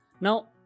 Now